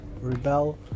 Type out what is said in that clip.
rebel